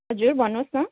हजुर भन्नुहोस् न